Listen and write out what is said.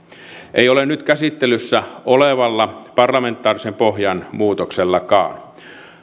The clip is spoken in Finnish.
ei ole nyt käsittelyssä olevalla parlamentaarisen pohjan muutoksellakaan